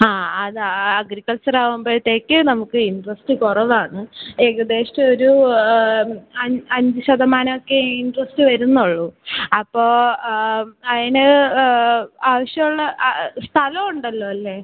ആ അതാണ് ആ അഗ്രികൾച്ചർ ആവുമ്പോഴത്തേക്ക് നമുക്ക് ഇൻ്ററസ്റ്റ് കുറവാണ് ഏകദേശം ഒരൂ അൻ അഞ്ച് ശതമാനം ഒക്കെ ഇൻ്ററസ്റ്റ് വരുന്നുളളൂ അപ്പോൾ അതിന് ആവശ്യമുള്ള സ്ഥലം ഉണ്ടല്ലോ അല്ലേ